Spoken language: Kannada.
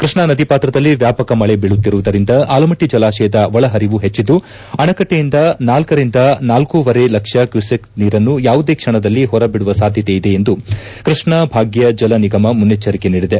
ಕೃಷ್ಣಾ ನದಿ ಪಾತ್ರದಲ್ಲಿ ವ್ಯಾಪಕ ಮಳೆ ಬೀಳುತ್ತಿರುವುದರಿಂದ ಆಲಮಟ್ಟ ಜಲಾಶಯದ ಒಳಪರಿವು ಹೆಚ್ಚಿದ್ದು ಅಣೆಕಟ್ಟೆಯಿಂದ ನಾಲ್ಕರಿಂದ ನಾಲ್ಕೂವರೆ ಲಕ್ಷ ಕ್ಯೂಸೆಕ್ ನೀರನ್ನು ಯಾವುದೇ ಕ್ಷಣದಲ್ಲಿ ಹೊರಬಿಡುವ ಸಾಧ್ಯತೆ ಇದೆ ಎಂದು ಕೃಷ್ಣ ಭಾಗ್ಯ ಜಲ ನಿಗಮ ಮುನ್ನೆಚ್ದರಿಕೆ ನೀಡಿದೆ